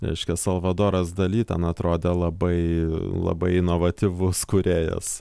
reiškia salvadoras dali ten atrodė labai labai inovatyvus kūrėjas